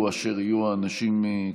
יהיו אשר יהיו האנשים,